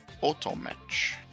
auto-match